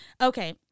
Okay